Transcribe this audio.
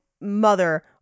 mother